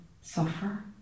suffer